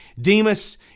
Demas